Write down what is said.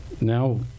now